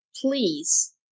please